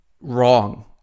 wrong